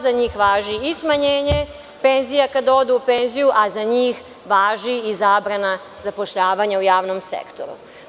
Za njih važi i smanjenje penzija kada odu u penziju, a za njih važi i zabrana zapošljavanja u javnom sektoru.